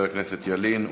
חבר הכנסת ילין,